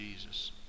Jesus